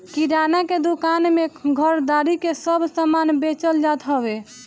किराणा के दूकान में घरदारी के सब समान बेचल जात हवे